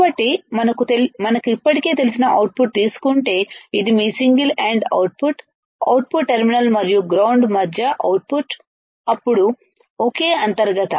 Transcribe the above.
కాబట్టి మనకు ఇప్పటికే తెలిసిన అవుట్పుట్ తీసుకుంటే అది మీ single end output output terminal మరియు గ్రౌండ్ మధ్య అవుట్పుట్ అప్పుడు ఒకే అంతర్గత